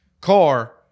car